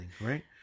right